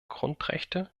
grundrechte